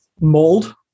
Mold